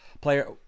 player